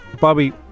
Bobby